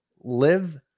live